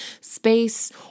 space